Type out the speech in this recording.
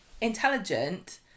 intelligent